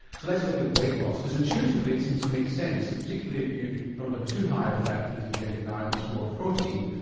so let's look at weight loss, because intuitively it seems to make sense, particularly if you don't have too high a fat ketogenic diet and it's more protein,